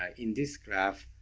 ah in this graph,